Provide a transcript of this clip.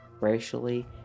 racially